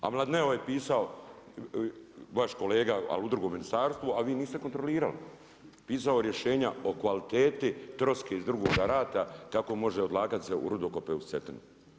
A Mladineo je pisao, vaš kolega ali u drugom ministarstvu, a vi niste kontrolirali, pisao rješenja o kvaliteti troske iz Dugoga Rata kako može se odlagati u rudokope uz Cetinu.